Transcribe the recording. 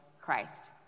Christ